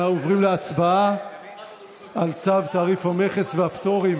אנו עוברים להצבעה על צו תעריף המכס והפטורים